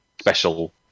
special